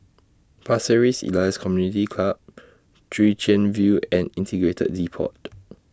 Pasir Ris Elias Community Club Chwee Chian View and Integrated Depot